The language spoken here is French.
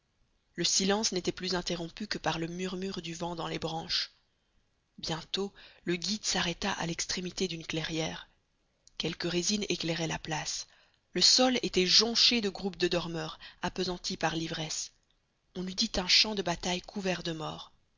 le silence n'était plus interrompu que par le murmure du vent dans les branches bientôt le guide s'arrêta à l'extrémité d'une clairière quelques résines éclairaient la place le sol était jonché de groupes de dormeurs appesantis par l'ivresse on eût dit un champ de bataille couvert de morts